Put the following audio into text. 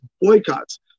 boycotts